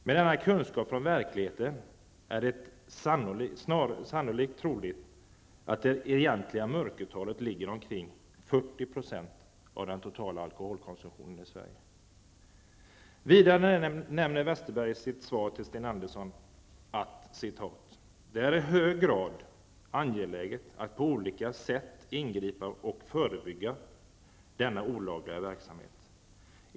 Med denna kunskap från verkligheten är det sannolikt troligt att det egentliga mörkertalet ligger omkring 40 % av den totala alkoholkonsumtionen i Vidare nämner Westerberg i sitt svar till Sten Andersson: ''Det är i hög grad angeläget att på olika sätt ingripa mot och förebygga denna olagliga verksamhet.